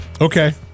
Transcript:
okay